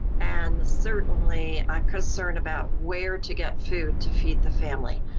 and certainly concern about where to get food to feed the family.